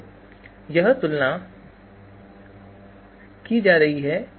तो यह तुलना की जा रही तुलना की तरह है